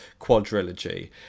quadrilogy